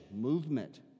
movement